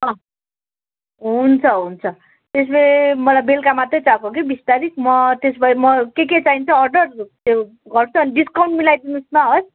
अँ हुन्छ हुन्छ त्यसो भए मलाई बेलुका मात्रै चाहिएको कि बिस तारिक म त्यसो भए म के के चाहिन्छ अर्डर त्यो गर्छु अनि डिस्काउन्ट मिलाइदिनुहोस ल हस्